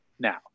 Now